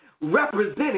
represented